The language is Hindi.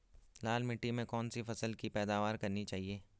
लाल मिट्टी में कौन सी फसल की पैदावार करनी चाहिए?